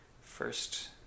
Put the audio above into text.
first